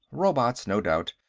robots, no doubt.